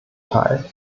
teil